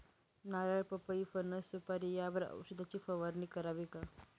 नारळ, पपई, फणस, सुपारी यावर औषधाची फवारणी करावी का?